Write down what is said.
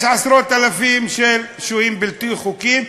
יש עשרות-אלפים של שוהים בלתי-חוקיים,